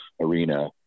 Arena